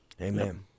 Amen